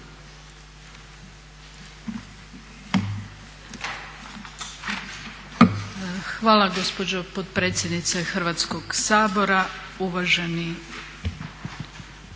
Hvala gospođo potpredsjednice Hrvatskog sabora. Uvažene